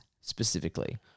Specifically